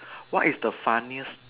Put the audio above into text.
what is the funniest